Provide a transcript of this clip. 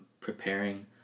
preparing